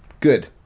Good